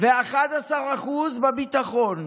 11% בביטחון,